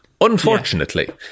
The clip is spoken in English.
Unfortunately